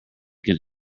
can